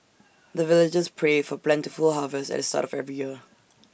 the villagers pray for plentiful harvest at the start of every year